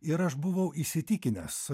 ir aš buvau įsitikinęs